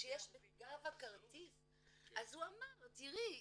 שיש בגב הכרטיס אז הוא אמר "תראי,